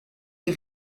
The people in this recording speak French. les